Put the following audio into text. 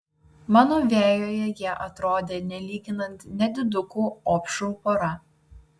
mano vejoje jie atrodė nelyginant nedidukų opšrų pora